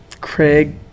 craig